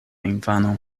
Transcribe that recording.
infano